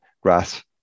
grass